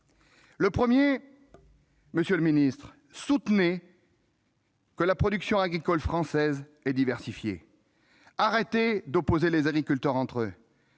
Premièrement, soutenez que la production agricole française est diversifiée et arrêtez d'opposer les agriculteurs entre eux.